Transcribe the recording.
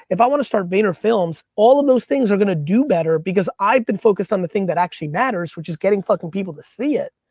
if i wanna start vayner films, all of those things are gonna do better because i've been focused on the thing that actually matters, which is getting fucking people to see it.